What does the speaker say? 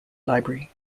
library